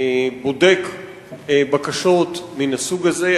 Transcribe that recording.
בודק בקשות מן הסוג הזה?